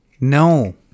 no